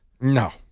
No